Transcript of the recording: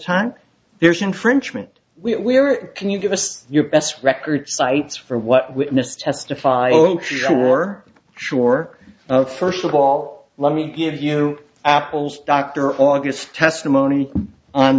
time there's infringement we are it can you give us your best record sites for what witness testify sure sure first of all let me give you apple's dr august testimony on